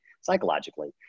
psychologically